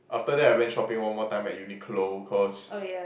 after that I went shopping one more time at Uniqlo cause